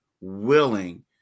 willing